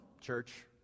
church